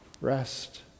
Rest